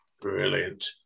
Brilliant